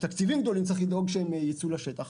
יש תקציבים גדולים וצריך לדאוג שהם ייצאו לשטח.